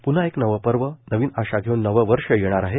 पून्हा एक नवं पर्व नवीन आशा घेऊन नवं वर्ष येणार आहे